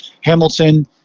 Hamilton